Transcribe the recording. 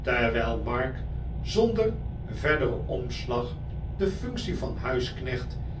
terwijl mark zonder verderen omslag de functie van